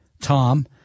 Tom